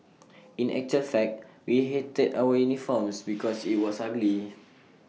in actual fact we hated our uniforms because IT was ugly